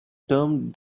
term